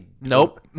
Nope